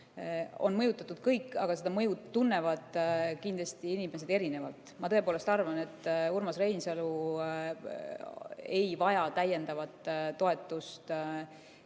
on mõjutatud kõik, aga seda mõju tunnevad inimesed kindlasti erinevalt. Ma tõepoolest arvan, et Urmas Reinsalu ei vaja täiendavat toetust